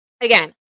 again